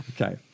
Okay